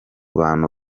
bantu